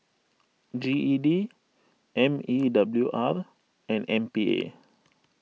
G E D M E W R and M P A